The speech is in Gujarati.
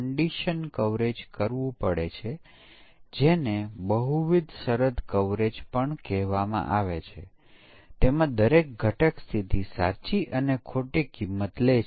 એક વસ્તુ એ છે કે આપણે દૃશ્યો ઓળખીને આપણે ઇનપુટ ડેટાની તપાસ કરીએ છીએ આપણે વિવિધ ડેટા માટે ઉત્પન્ન થયેલ આઉટપુટની તપાસ કરીએ છીએ અને પછી તેના આધારે આપણે સમકક્ષ વર્ગોની રચના કરીએ છીએ